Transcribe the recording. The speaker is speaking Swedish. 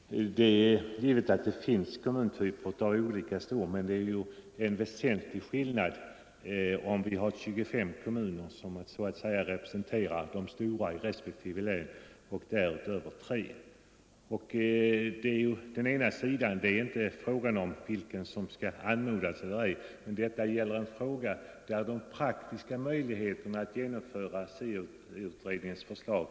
Herr talman! Det är givet att kommuner av olika storlek skall få yttra sig, men det är en väsentlig skillnad på fördelningen mellan stora och små kommuner om det är 25 kommuner som så att säga representerar de stora i respektive län och tre som representerar de övriga. Frågan gäller inte enbart vilka som skall anmodas att yttra sig utan framför allt de olika kommunernas praktiska möjligheter att genomföra SIA-utredningens förslag.